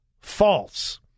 false